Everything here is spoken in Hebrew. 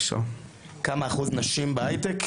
כמה אחוז נשים בהייטק?